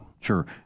Sure